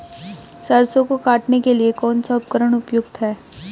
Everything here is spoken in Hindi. सरसों को काटने के लिये कौन सा उपकरण उपयुक्त है?